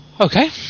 Okay